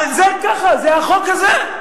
זה כך, זה החוק הזה.